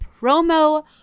promo